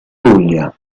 puglia